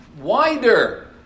wider